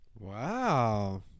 Wow